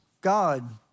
God